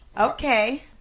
Okay